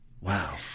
Wow